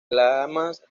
lamas